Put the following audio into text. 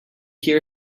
hear